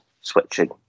switching